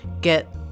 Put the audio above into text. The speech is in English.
get